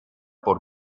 por